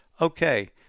Okay